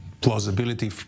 plausibility